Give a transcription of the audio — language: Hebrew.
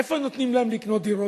איפה נותנים להם לקנות דירות?